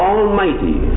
Almighty